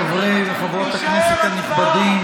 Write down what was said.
חברי וחברות הכנסת הנכבדים,